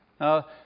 Now